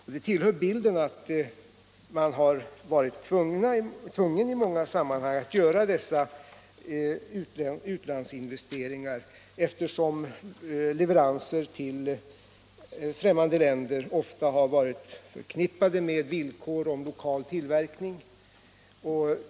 Det hör till bilden att man i många sammanhang har varit tvungen att göra dessa utlandsinvesteringar, eftersom leveranser till främmande länder ofta har varit förknippade med villkor om lokal tillverkning.